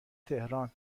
تهران